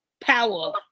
power